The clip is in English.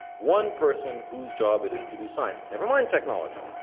one person whose job it is to do science. never mind technology.